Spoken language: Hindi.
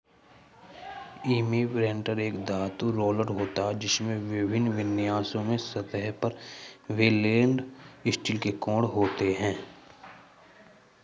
इम्प्रिंटर में एक धातु रोलर होता है, जिसमें विभिन्न विन्यासों में सतह पर वेल्डेड स्टील के कोण होते हैं